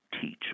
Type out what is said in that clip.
teach